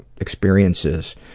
experiences